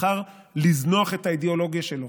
בחר לזנוח את האידיאולוגיה שלו,